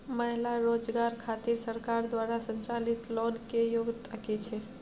महिला रोजगार खातिर सरकार द्वारा संचालित लोन के योग्यता कि छै?